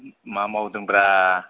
मा मावदोंब्रा